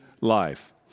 life